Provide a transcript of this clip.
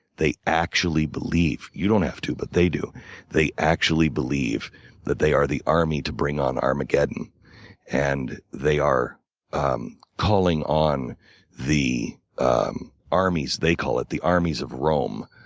they actually believe you don't have to, but they do they actually believe that they are the army to bring on armageddon and they are um calling on the um armies they call it the armies of rome.